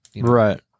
Right